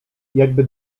jakby